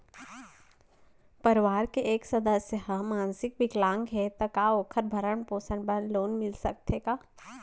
परवार के एक सदस्य हा मानसिक विकलांग हे त का वोकर भरण पोषण बर लोन मिलिस सकथे का?